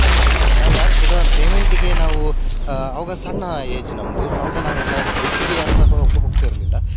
ಹಾಗೇ ಗಮ್ಮತ್ತು ನಾವು ಯಾರೂ ಕೂಡ ಪೇಮೆಂಟಿಗೆ ನಾವು ಅವಾಗ ಸಣ್ಣ ಏಜ್ ನಮ್ಮದು ಅವಾಗ ನಾವೆಲ್ಲ ದುಡ್ಡಿಗೆ ಯಾರೂ ಸಹ ಹೋಗಿ ಹೋಗ್ತಿರಲಿಲ್ಲ